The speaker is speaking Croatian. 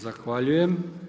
Zahvaljujem.